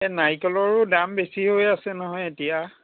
এহ নাৰিকলৰো দাম বেছি হৈ আছে নহয় এতিয়া